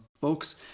folks